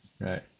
Right